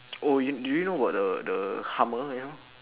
oh you do you know about the the hummer ya